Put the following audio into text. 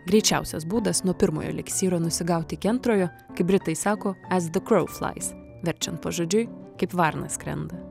greičiausias būdas nuo pirmojo eliksyro nusigauti iki antrojo kaip britai sako ez de krau flais verčiant pažodžiui kaip varna skrenda